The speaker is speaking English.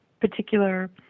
particular